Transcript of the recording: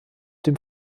dem